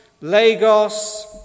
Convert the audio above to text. Lagos